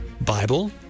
Bible